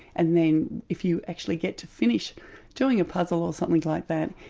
and then, if you actually get to finish doing a puzzle or something like that,